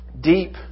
deep